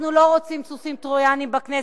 אנחנו לא רוצים סוסים טרויאניים בכנסת,